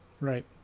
Right